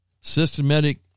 Systematic